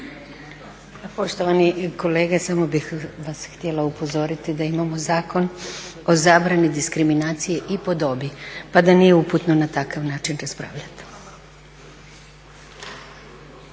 Poštovani kolege, samo bih vas htjela upozoriti da imamo Zakon o zabrani diskriminacije i po dobi pa da nije uputno na takav način raspravljati.